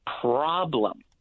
problem